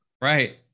right